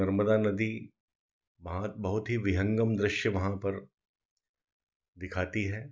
नर्मदा नदी वहाँ बहुत ही विहंगम दृश्य वहाँ पर दिखाती है